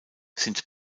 sind